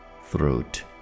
throat